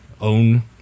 own